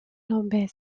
lombez